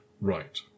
Right